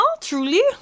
Truly